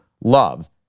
love